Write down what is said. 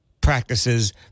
practices